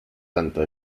tanto